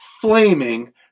flaming